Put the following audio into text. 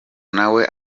nawe